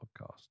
podcast